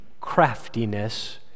craftiness